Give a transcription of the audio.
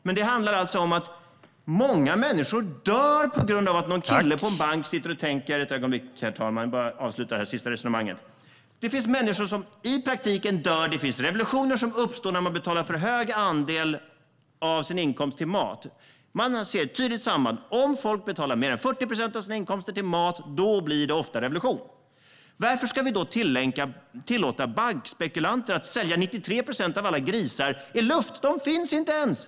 Men det handlar alltså om att många människor dör och om revolutioner som kan uppstå när man måste använda för stor andel av sin inkomst för att betala för mat. Här finns det ett tydligt samband. Om folk måste använda mer än 40 procent av sina inkomster för mat, då blir det ofta revolution. Varför ska vi då tillåta bankspekulanter att sälja 93 procent av alla grisar? De är bara luft - de finns inte ens.